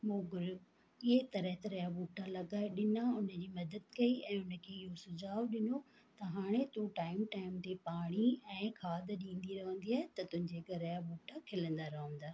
मोगरो इहे तरह तरह जा बूटा लॻाए डिना उन जी मदद कईं ऐं उन खे इहो सुझाव त हाणे तूं टाइम टाइम ते पाणी ऐं खाद ॾींदी रवंदीअ त तुंहंजे घर जा बूटा खिलंदा रहंदा